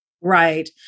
Right